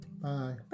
Bye